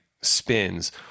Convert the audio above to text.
spins